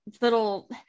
little